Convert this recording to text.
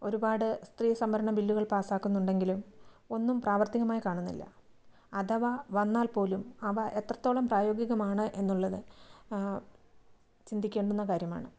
ഒരുപാട് സ്ത്രീ സംവരണ ബില്ലുകൾ പാസ് ആക്കുന്നുണ്ടെങ്കിലും ഒന്നും പ്രാവർത്തികമായി കാണുന്നില്ല അഥവാ വന്നാൽ പോലും അവ എത്രത്തോളം പ്രായോഗികമാണ് എന്നുള്ളത് ചിന്തിക്കേണ്ടുന്ന കാര്യമാണ്